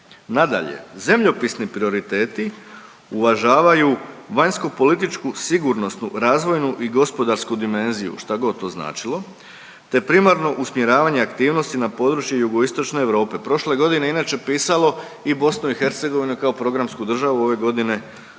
Nadalje, „zemljopisni prioriteti uvažavaju vanjskopolitičku, sigurnosnu, razvojnu i gospodarsku dimenziju“ štagod to značilo „te primarno usmjeravanje aktivnosti na području Jugoistočne Europe“, prošle je godine inače pisalo i BiH kao programsku državu, ove godine